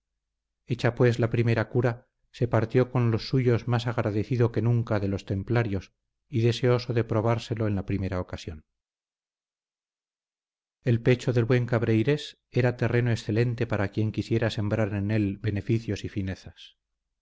hecha pues la primera cura se partió con los suyos más agradecido que nunca de los templarios y deseoso de probárselo en la primera ocasión el pecho del buen cabreirés era terreno excelente para quien quisiera sembrar en él beneficios y finezas